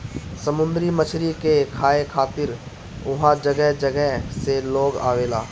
समुंदरी मछरी के खाए खातिर उहाँ जगह जगह से लोग आवेला